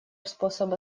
способа